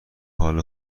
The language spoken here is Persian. حال